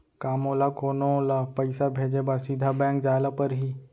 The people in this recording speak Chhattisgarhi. का मोला कोनो ल पइसा भेजे बर सीधा बैंक जाय ला परही?